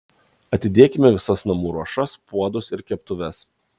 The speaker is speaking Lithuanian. atidėkime visas namų ruošas puodus ir keptuves